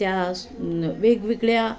त्या वेगवेगळ्या